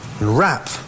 wrap